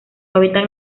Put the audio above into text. hábitat